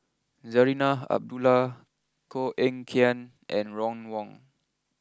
Zarinah Abdullah Koh Eng Kian and Ron Wong